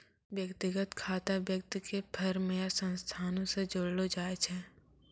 व्यक्तिगत खाता व्यक्ति के फर्म या संस्थानो से जोड़लो जाय छै